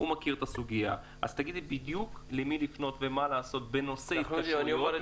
מכיר את הסוגיה תגידי בדיוק למי לפנות ומה לעשות בנושא התקשרות.